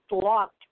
blocked